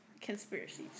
conspiracies